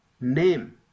name